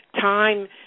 time